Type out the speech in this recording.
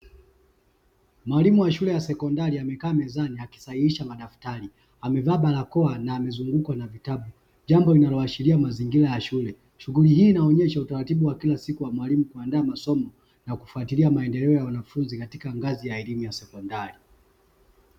Mwalimu wa shule ya sekondari amekaa mezani akisahihisha madaftari amevaa barakoa na amezungukwa na vitabu jambo linaloashiria mazingira ya shule, shughuli hii inaonesha utaratibu wa kilasiku wa mwalimu kuandaa masomo na kufatilia maendeleo ya wanafunzi katika ngazi ya elimu ya sekondari.